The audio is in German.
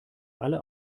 alle